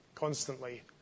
constantly